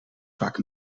vaak